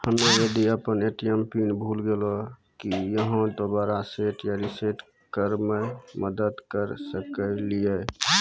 हम्मे यदि अपन ए.टी.एम पिन भूल गलियै, की आहाँ दोबारा सेट या रिसेट करैमे मदद करऽ सकलियै?